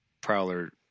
Prowler